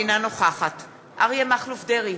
אינה נוכחת אריה מכלוף דרעי,